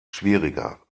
schwieriger